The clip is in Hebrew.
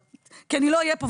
אני לא אהיה פה,